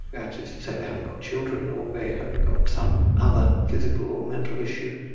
that is to say they haven't got children or they haven't got some other physical or mental issue,